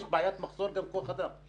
יש בעיית מחסור בכוח אדם.